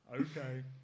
Okay